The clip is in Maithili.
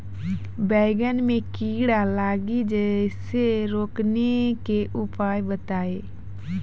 बैंगन मे कीड़ा लागि जैसे रोकने के उपाय बताइए?